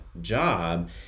job